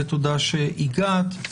ותודה שהגעת.